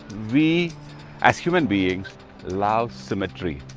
we as human beings love symmetry,